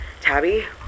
tabby